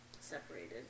separated